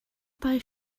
dau